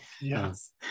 Yes